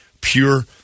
pure